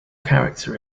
character